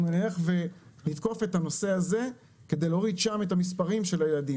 נתקוף את הנושא הזה כדי להוריד שם את המספרים של הילדים.